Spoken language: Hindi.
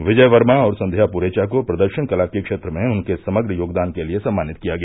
विजय वर्मा और संध्या पुरेचा को प्रदर्शन कला के क्षेत्र में उनके समग्र योगदान के लिए सम्मानित किया गया